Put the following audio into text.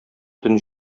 төн